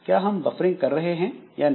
क्या हम बफरिंग कर रहे हैं या नहीं